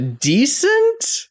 decent